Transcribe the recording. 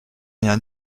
rien